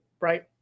Right